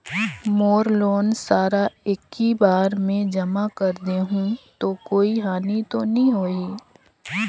मोर loan सारा एकी बार मे जमा कर देहु तो कोई हानि तो नी होही?